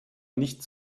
nicht